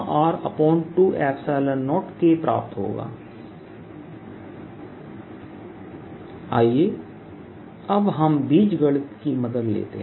DperpinsideKEinside 14π0qdr2d232 r20K DperpoutsideKEoutside 14π0qdr2d232r20K आइए अब हम बीजगणित की मदद लेते हैं